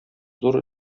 зур